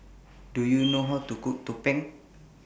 Do YOU know How to Cook Tumpeng